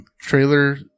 trailer